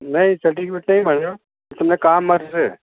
નહીં સર્ટિફિકેટ નહીં મળે તમને કામ મળશે